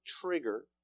trigger